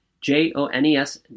j-o-n-e-s